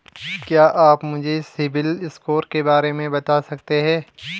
क्या आप मुझे सिबिल स्कोर के बारे में बता सकते हैं?